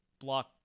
block